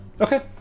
okay